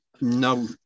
no